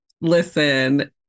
Listen